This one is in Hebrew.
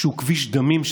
שהוא כביש דמים,